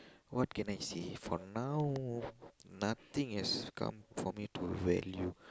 what can I say for now nothing has come for me to value